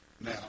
Now